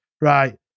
right